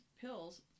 pills